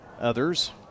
others